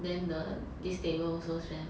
then the this table also spam